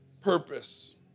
purpose